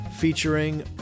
featuring